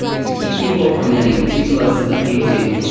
to keep people from getting too close to the painting,